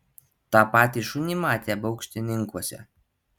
tą patį šunį matė baukštininkuose